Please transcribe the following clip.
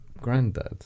granddad